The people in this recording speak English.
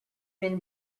been